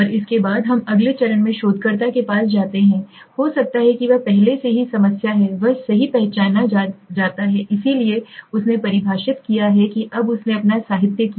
और इसके बाद हम अगले चरण में शोधकर्ता के पास जाते हैं हो सकता है कि वह पहले से ही समस्या है वह सही पहचाना जाता है इसलिए उसने परिभाषित किया है कि अब उसने अपना साहित्य किया